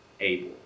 able